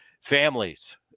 families